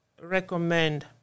recommend